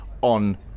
on